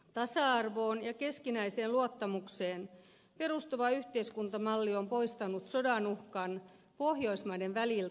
tasa arvoon ja keskinäiseen luottamukseen perustuva yhteiskuntamalli on poistanut sodan uhkan pohjoismaiden väliltä